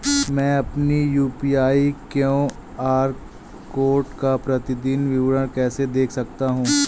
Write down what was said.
मैं अपनी UPI QR code का प्रतीदीन विवरण कैसे देख सकता हूँ?